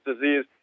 disease